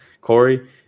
Corey